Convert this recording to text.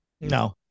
No